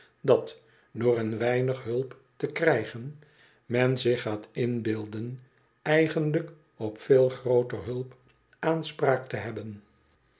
dat door een weinig hulp te krijgen men zich gaat inbeelden eigenlijk op veel grooter hulp aanspraak te hebben